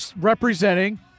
representing